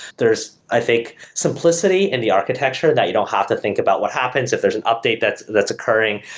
there's i think simplicity in the architecture that you don't have to think about what happens if there's an update that's that's occurring,